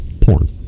porn